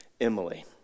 Emily